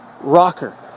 rocker